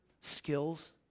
skills